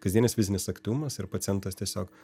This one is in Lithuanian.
kasdienis fizinis aktyvumas ir pacientas tiesiog